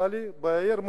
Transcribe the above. בעיר מודיעין,